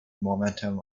momentum